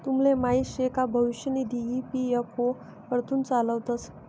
तुमले माहीत शे का भविष्य निधी ई.पी.एफ.ओ कडथून चालावतंस